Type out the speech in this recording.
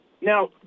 Now